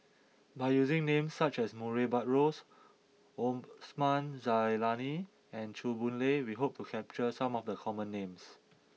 by using names such as Murray Buttrose Osman Zailani and Chew Boon Lay we hope to capture some of the common names